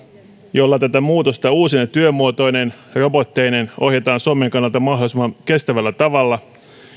jolla tätä muutosta uusine työmuotoineen ja robotteineen ohjataan suomen kannalta mahdollisimman kestävällä tavalla